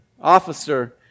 officer